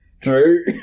True